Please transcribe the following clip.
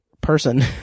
person